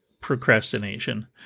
procrastination